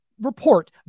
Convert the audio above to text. report